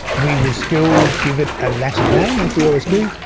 we will still give it a latin name, as we always do,